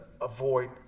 avoid